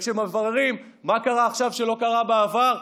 וכשמבררים מה קרה עכשיו שלא קרה בעבר,